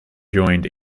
joined